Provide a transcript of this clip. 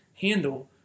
handle